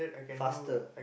faster